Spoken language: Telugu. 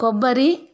కొబ్బరి